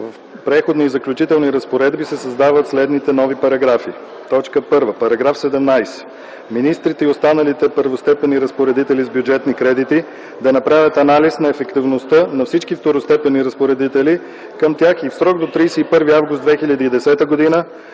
„В Преходни и заключителни разпоредби се създават следните нови параграфи: 1. „§ 17. Министрите и останалите първостепенни разпоредители с бюджетни кредити да направят анализ на ефективността на всички второстепенни разпоредители към тях и в срок до 31 август 2010 г. да